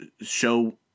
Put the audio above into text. show